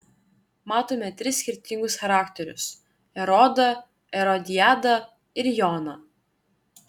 matome tris skirtingus charakterius erodą erodiadą ir joną